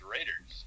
Raiders